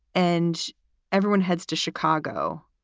and everyone heads to chicago.